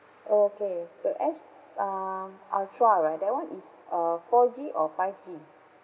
oh okay the S uh ultra right that one is uh four G or five G